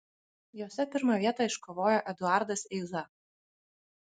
jose pirmą vietą iškovojo eduardas eiza